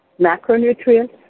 macronutrients